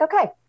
okay